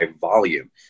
volume